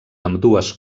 ambdues